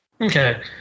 Okay